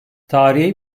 tarihi